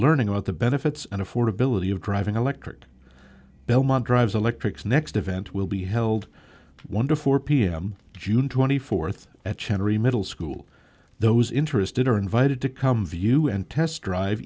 learning about the benefits and affordability of driving electric belmont drives electrics next event will be held wonder four pm june twenty fourth at cherry middle school those interested are invited to come view and test drive